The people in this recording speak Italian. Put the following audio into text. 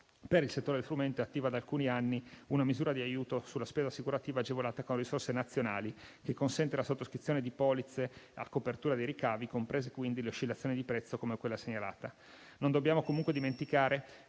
per il settore del frumento è attiva da alcuni anni una misura di aiuto sulla spesa assicurativa agevolata con risorse nazionali, che consente la sottoscrizione di polizze a copertura dei ricavi, comprese, quindi, le oscillazioni di prezzo come quella segnalata. Non dobbiamo comunque dimenticare